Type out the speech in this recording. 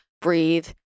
breathe